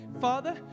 Father